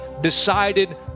decided